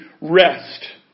rest